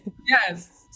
yes